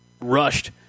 rushed